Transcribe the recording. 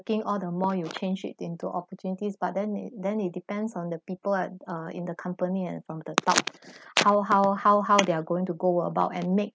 looking all the more you change it into opportunities but then it then it depends on the people at uh in the company and from the top how how how how they're going to go about and make